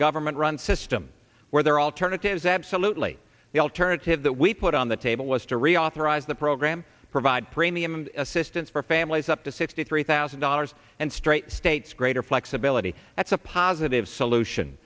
government run system where there are alternatives absolutely the alternative that we put on the table was to reauthorize the program provide premium assistance for families up to sixty three thousand dollars and straight states greater flexibility that's a positive solution